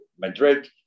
Madrid